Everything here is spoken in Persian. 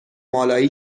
مالایی